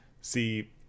see